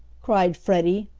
cried freddie,